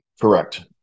correct